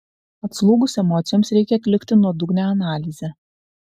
atslūgus emocijoms reikia atlikti nuodugnią analizę